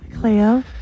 Cleo